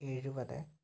എഴുപത്